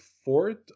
Fourth